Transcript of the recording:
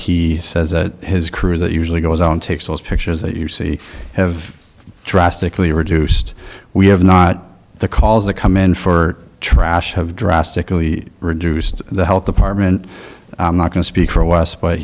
he says that his crew that usually goes on takes those pictures that you see have drastically reduced we have not the calls that come in for trash have drastically reduced the health department i'm not going to speak for